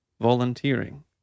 volunteering